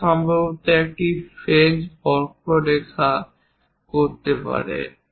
বা সম্ভবত একটি ফ্রেঞ্চ বক্ররেখা ব্যবহার করতে পারে